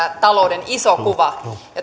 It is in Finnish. talouden iso kuva